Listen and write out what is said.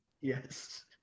Yes